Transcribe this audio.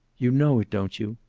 you know it, don't you?